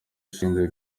ushinzwe